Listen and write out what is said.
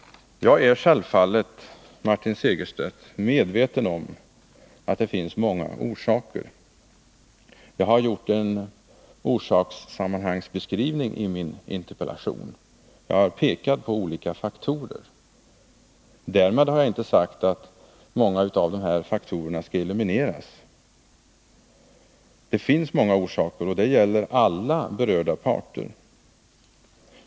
Jag är självfallet, Martin Segerstedt, medveten om att det finns många orsaker till ungdomsarbetslösheten. Jag har gjort en orsakssammanhangsbeskrivning i min interpellation, där jag har pekat på olika faktorer. Därmed har jag inte sagt att många av dessa skall elimineras. Det finns många orsaker, och det gäller alla berörda parter.